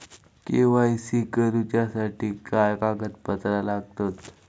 KYC करूच्यासाठी काय कागदपत्रा लागतत?